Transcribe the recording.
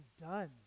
done